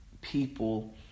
people